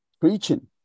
preaching